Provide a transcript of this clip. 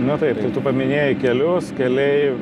na taip tai tu paminėjei kelius keliai